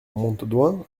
montaudoin